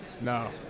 No